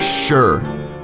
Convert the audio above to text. sure